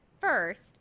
First